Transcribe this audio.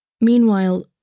Meanwhile